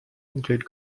include